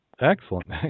Excellent